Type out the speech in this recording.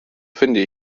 finde